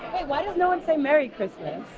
you know and say merry christmas?